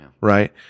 Right